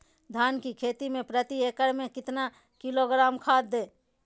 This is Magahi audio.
धान की खेती में प्रति एकड़ में कितना किलोग्राम खाद दे?